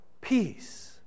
Peace